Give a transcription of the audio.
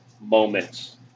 moments